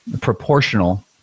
proportional